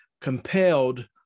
Compelled